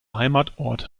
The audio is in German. heimatort